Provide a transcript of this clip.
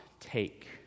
take